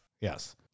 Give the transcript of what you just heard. Yes